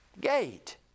gate